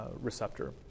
Receptor